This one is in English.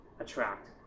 attract